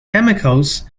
chemicals